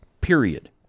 period